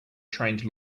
trained